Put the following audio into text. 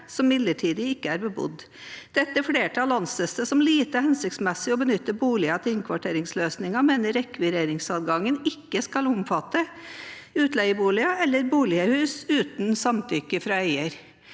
som midlertidig ikke er bebodd. Dette flertallet anser det som lite hensiktsmessig å benytte boliger til innkvarteringsløsninger og mener at rekvireringsadgangen ikke skal omfatte utleieboliger eller bolighus uten samtykke fra eier.»